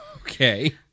okay